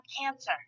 cancer